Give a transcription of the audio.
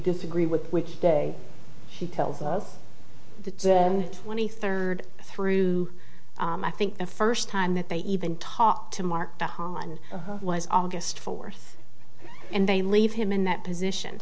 disagree with which day he tells us that then twenty third through i think the first time that they even talked to mark the hon was august fourth and they leave him in that position